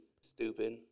Stupid